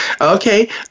Okay